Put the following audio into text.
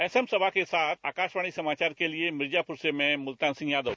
S M Saba के साथ आकाशवाणी समाचार के लिए मिर्जापुर से मैं मुल्तान सिंह यादव